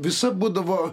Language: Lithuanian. visa būdavo